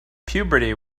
puberty